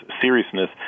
seriousness